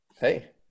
hey